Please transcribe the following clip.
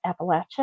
Appalachia